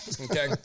okay